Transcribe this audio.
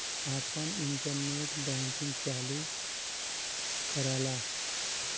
आपन internet banking चालू कराला